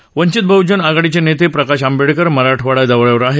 तर वंचित बहजन आघाडीचे नेते प्रकाश आंबेडकर मराठवाडा दौऱ्यावर आहेत